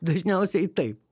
dažniausiai taip